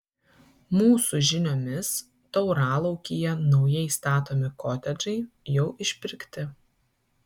mūsų žiniomis tauralaukyje naujai statomi kotedžai jau išpirkti